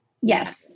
Yes